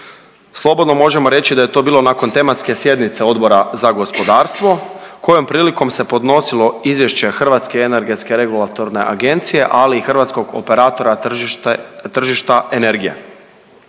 Slobodno možemo reći da je to bilo nakon tematske sjednice Odbora za gospodarstvo, kojom prilikom se podnosilo Izvješće HERA-e, ali i Hrvatskog operatora tržišta energije